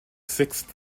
sixth